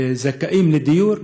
לזכאים לדיור